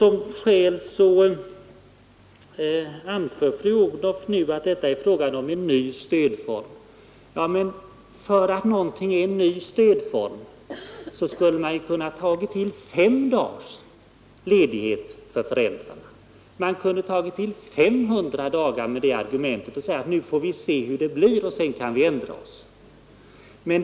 Som skäl anför fru Odhnoff nu att detta är en ny stödform. Med det argumentet skulle man ha kunnat ta till fem dagar eller 500 dagar och säga: Nu får vi se hur detta utfaller, och sedan kan vi eventuellt ändra.